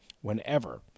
whenever